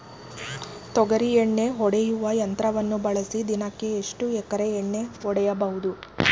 ತೊಗರಿ ಎಣ್ಣೆ ಹೊಡೆಯುವ ಯಂತ್ರವನ್ನು ಬಳಸಿ ದಿನಕ್ಕೆ ಎಷ್ಟು ಎಕರೆ ಎಣ್ಣೆ ಹೊಡೆಯಬಹುದು?